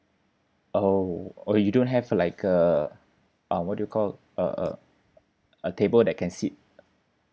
oh okay you don't have like uh uh what do you call a a a table that can seat